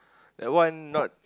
that one not